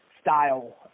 style